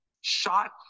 shot